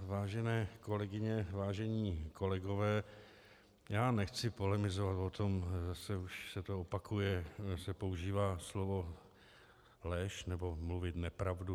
Vážené kolegyně, vážení kolegové, já nechci polemizovat o tom zase už se to opakuje, používá se slovo lež, nebo mluvit nepravdu.